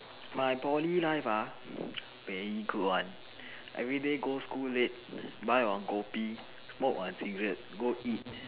my Poly life ah very good one everyday go school late buy one kopi smoke on cigarette go eat